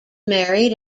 married